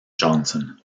johnson